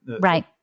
Right